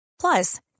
Plus